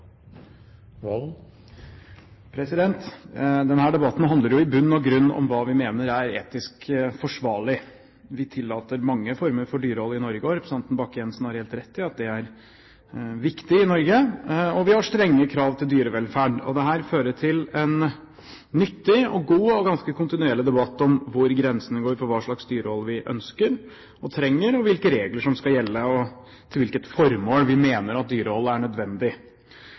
etisk forsvarlig. Vi tillater mange former for dyrehold i Norge – representanten Bakke-Jensen har helt rett i at det er viktig i Norge – og vi har strenge krav til dyrevelferd. Dette fører til en nyttig og god og ganske kontinuerlig debatt om hvor grensene går for hva slags dyrehold vi ønsker og trenger, hvilke regler som skal gjelde, og til hvilket formål vi mener dyrehold er nødvendig.